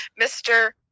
Mr